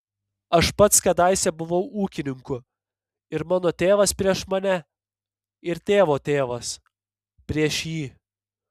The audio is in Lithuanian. aš pats kadaise buvau ūkininku ir mano tėvas prieš mane ir tėvo tėvas prieš jį